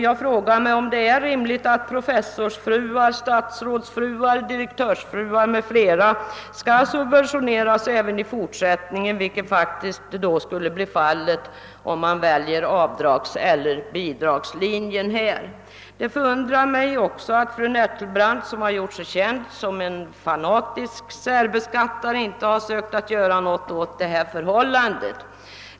Jag frågar mig om det är rimligt att professorsfruar, statsrådsfruar, direktörsfruar m.fl. skall subventioneras även i fortsättningen, vilket faktiskt skulle bli fallet om man väljer avdragseller bidragslinjen. Det förundrar mig också att fru Nettelbrandt som har gjort sig känd som en fanatisk särbeskattare inte har sökt göra något åt det här förhållandet.